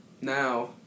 Now